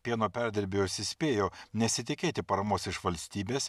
pieno perdirbėjus įspėjo nesitikėti paramos iš valstybės